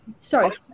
Sorry